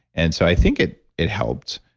and so i think it it helped,